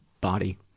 body